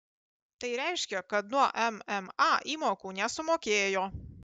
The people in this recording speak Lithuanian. tai reiškia kad nuo mma įmokų nesumokėjo